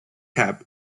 cap